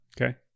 okay